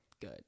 good